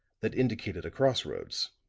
that indicated a cross-roads.